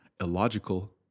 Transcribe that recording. illogical